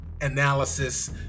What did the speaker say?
analysis